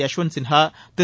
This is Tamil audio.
யஷ்வந்த் சின்ஹா திரு